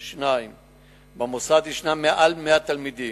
2. במוסד יש מעל 100 תלמידים,